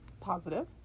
positive